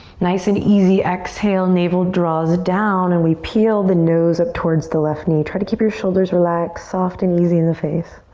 nice and easy exhale, navel draws down and we peel the nose up towards the left knee. try to keep your shoulders relaxed, soft and easy in the face.